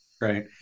Right